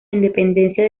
independencia